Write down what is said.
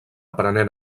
prenent